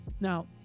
Now